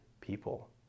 people